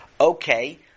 Okay